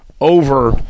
over